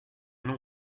non